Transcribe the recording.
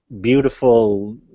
beautiful